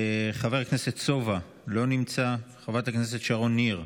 חבר הכנסת סובה, לא נמצא, חברת הכנסת שרון ניר,